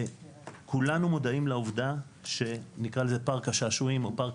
כולנו מודעים לעובדה שפארק השעשועים או פארק